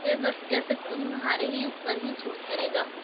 کہ بس جیسے تمہارے ہی اوپر ہی سوٹ کرے گا